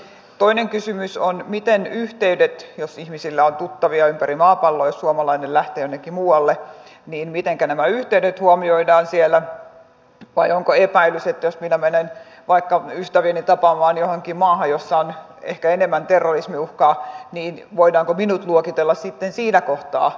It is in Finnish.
toinen kysymys on jos ihmisillä on tuttavia ympäri maapalloa ja jos suomalainen lähtee jonnekin muualle mitenkä nämä yhteydet huomioidaan siellä vai onko epäilys jos minä menen vaikka ystäviäni tapaamaan johonkin maahan jossa on ehkä enemmän terrorismiuhkaa että minut voidaan luokitella sitten siinä kohtaa epäilyttäväksi henkilöksi